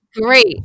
great